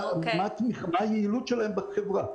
מה היעילות שלהם בחברה.